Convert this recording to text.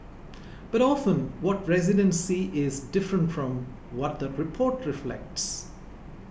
but often what residents see is different from what the report reflects